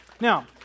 Now